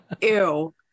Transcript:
ew